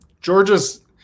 georgia's